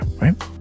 right